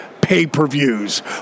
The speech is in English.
pay-per-views